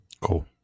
Cool